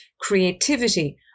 creativity